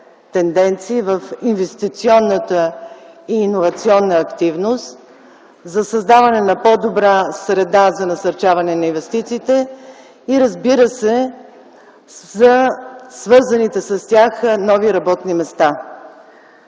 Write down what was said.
тенденции в инвестиционната и иновационна активност, за създаване на по-добра среда за насърчаване на инвестициите и разбира се за свързаните с тях нови работни места.